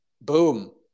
boom